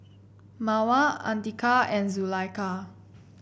Mawar Andika and Zulaikha